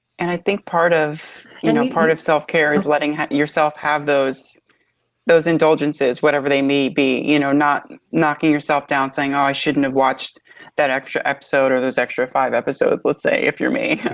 and i think part of and um part of self-care is letting have yourself have those those indulgences, whatever they may be. you know, not knocking yourself down saying, ooh i shouldn't have watched that extra episode, or those extra five episodes let's say if you're me.